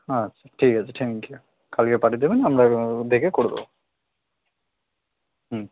আচ্ছা ঠিক আছে থ্যাংক ইউ কালকে পাঠিয়ে দেবেন আমরা দেখে করে দেবো হুম